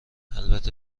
البته